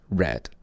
red